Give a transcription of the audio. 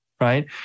Right